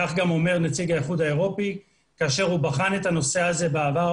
כך גם אומר נציג האיחוד האירופי כאשר הוא בחן את הנושא הזה בעבר,